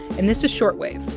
and this is short wave,